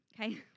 okay